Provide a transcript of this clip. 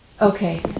Okay